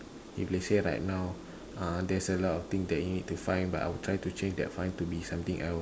if let's say right now ah there's a lot of things that you need to fine but I will try to change that fine to be something else